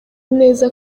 neza